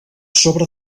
sobre